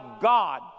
God